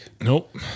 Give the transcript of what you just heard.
Nope